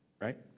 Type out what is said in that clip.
Right